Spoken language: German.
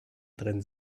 drin